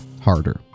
harder